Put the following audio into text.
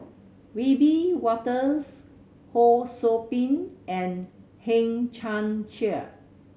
Wiebe Wolters Ho Sou Ping and Hang Chang Chieh